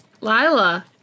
Lila